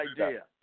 idea